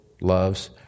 loves